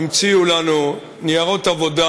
המציאו לנו ניירות עבודה.